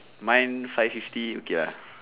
mine five fifty okay lah